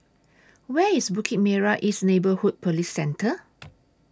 Where IS Bukit Merah East Neighbourhood Police Centre